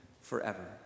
forever